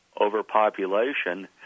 overpopulation